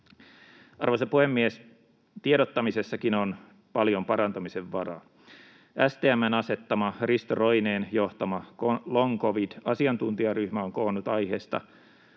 Arvoisa puhemies! Tiedottamisessakin on paljon parantamisen varaa. STM:n asettama Risto Roineen johtama long covid ‑asiantuntijaryhmä on koonnut aiheesta